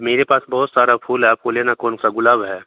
मेरे पास बहुत सारा फूल है आपको लेना कौन सा गुलाब है